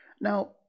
now